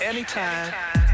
Anytime